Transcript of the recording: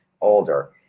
older